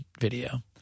video